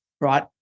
right